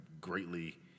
greatly